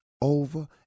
over